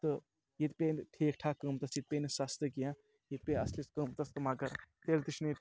تہٕ یِتہِ پے نہٕ ٹھیٖک ٹھاک قۭمتَس یِتہِ پے نہٕ سَستہٕ کینٛہہ یِتہِ پے اَصلِس قۭمتَس مگر تیٚلہِ تہِ چھِنہٕ یہِ